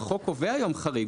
החוק קובע היום חריג,